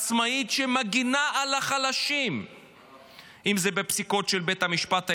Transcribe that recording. עצמאית שמגינה על החלשים בפסיקות של בית המשפט העליון,